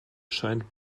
scheint